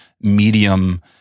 Medium